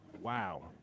Wow